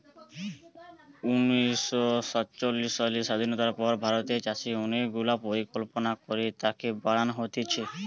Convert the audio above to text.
উনিশ শ সাতচল্লিশ সালের স্বাধীনতার পর ভারতের চাষে অনেক গুলা পরিকল্পনা করে তাকে বাড়ান হতিছে